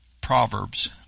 proverbs